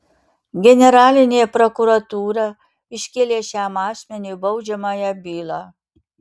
generalinė prokuratūra iškėlė šiam asmeniui baudžiamąją bylą